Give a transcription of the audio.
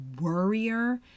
worrier